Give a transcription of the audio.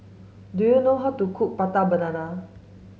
do you know how to cook prata banana